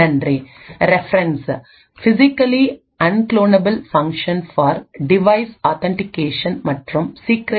நன்றி